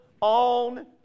on